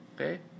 Okay